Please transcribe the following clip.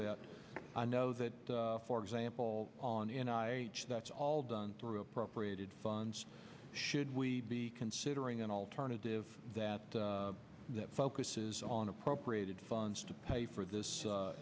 bit i know that for example on in i that's all done through appropriated funds should we be considering an alternative that that focuses on appropriated funds to pay for this